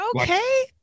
Okay